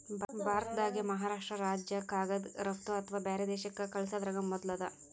ಭಾರತ್ದಾಗೆ ಮಹಾರಾಷ್ರ್ಟ ರಾಜ್ಯ ಕಾಗದ್ ರಫ್ತು ಅಥವಾ ಬ್ಯಾರೆ ದೇಶಕ್ಕ್ ಕಲ್ಸದ್ರಾಗ್ ಮೊದುಲ್ ಅದ